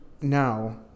now